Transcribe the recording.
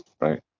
right